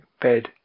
bed